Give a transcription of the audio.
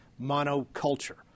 monoculture